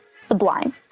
sublime